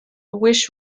wish